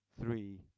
three